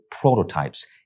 prototypes